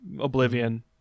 Oblivion